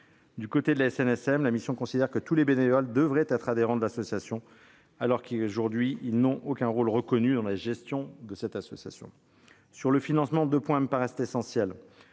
marchande. En outre, la mission considère que tous les bénévoles devraient être adhérents de la SNSM, alors qu'aujourd'hui ils n'ont aucun rôle reconnu dans la gestion de cette association. Au titre du financement, deux points me paraissent essentiels.